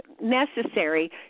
necessary